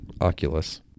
Oculus